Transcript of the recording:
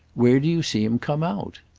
where do you see him come out?